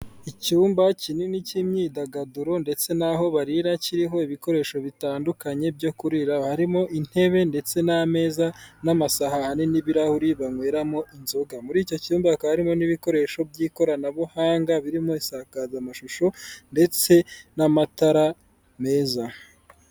Icyumba kinini cy'imyidagaduro ndetse n'aho barira kiriho ibikoresho bitandukanye byo kuriraho, harimo intebe ndetse n'ameza n'amasahani n'ibirahuri banyweramo inzoga, muri icyo cyumba hakaba harimo n'ibikoresho by'ikoranabuhanga birimo insakazamashusho ndetse n'amatara meza.